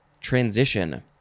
Transition